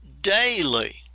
daily